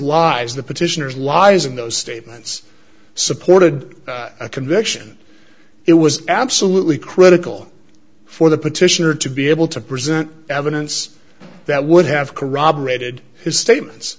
lies the petitioner's lies in those statements supported a conviction it was absolutely critical for the petitioner to be able to present evidence that would have corroborated his statements